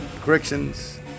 corrections